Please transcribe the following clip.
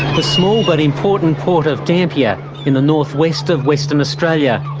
the small but important port of dampier in the north-west of western australia.